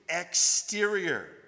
exterior